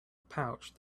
pouch